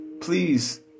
please